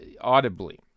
audibly